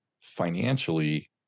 financially